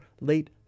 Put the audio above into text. late